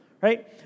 right